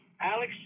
Alex